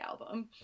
album